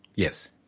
yes.